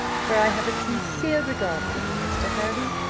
for i have a sincere regard for you, mr. hervey,